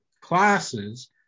classes